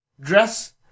dress